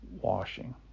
washing